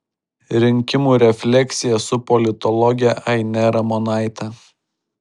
rinkimų refleksija su politologe aine ramonaite